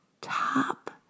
top